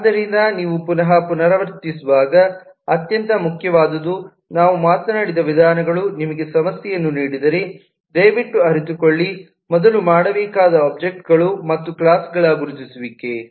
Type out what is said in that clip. ಆದ್ದರಿಂದ ನೀವು ಪುನಃ ಪುನರಾವರ್ತಿಸುವಾಗ ಅತ್ಯಂತ ಮುಖ್ಯವಾದುದು ನಾವು ಮಾತನಾಡಿದ ವಿಧಾನಗಳು ನಿಮಗೆ ಸಮಸ್ಯೆಯನ್ನು ನೀಡಿದರೆ ದಯವಿಟ್ಟು ಅರಿತುಕೊಳ್ಳಿ ಮೊದಲು ಮಾಡಬೇಕಾದ ಒಬ್ಜೆಕ್ಟ್ಗಳು ಮತ್ತು ಕ್ಲಾಸ್ ಗಳ ಗುರುತಿಸುವಿಕೆ